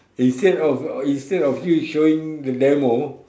instead of instead of you showing the demo